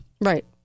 Right